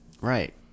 Right